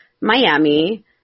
Miami